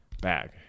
Bag